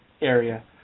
area